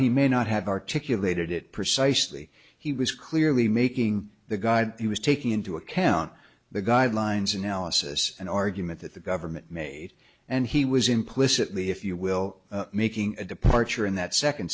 he may not have articulated it precisely he was clearly making the god he was taking into account the guidelines analysis and argument that the government made and he was implicitly if you will making a departure in that second